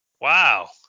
wow